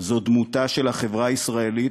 זאת דמותה של החברה הישראלית,